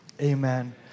Amen